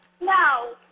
No